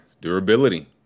durability